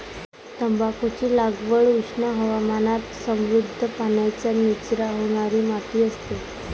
तंबाखूची लागवड उष्ण हवामानात समृद्ध, पाण्याचा निचरा होणारी माती असते